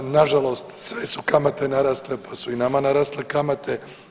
Na žalost sve su kamate narasle pa su i nama narasle kamate.